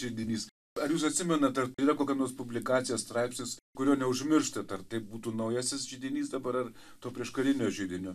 židinys ar jūs atsimenat ar yra kokia nors publikacija straipsnis kurio neužmirštat ar tai būtų naujasis židinys dabar ar to prieškarinio židinio